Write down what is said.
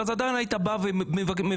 עדיין היית בא ואומר,